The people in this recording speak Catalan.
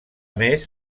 més